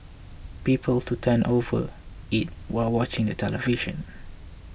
people to tend overeat while watching the television